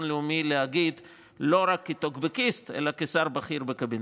לאומי להגיד לא רק כטוקבקיסט אלא כשר בכיר בקבינט.